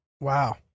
wow